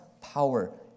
power